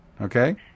Okay